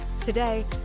Today